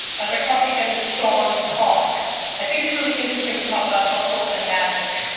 as i caught the end of sean's talk i think it's really interesting to talk about hustle and magic.